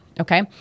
Okay